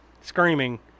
screaming